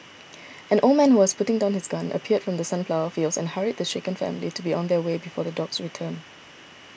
an old man who was putting down his gun appeared from the sunflower fields and hurried the shaken family to be on their way before the dogs return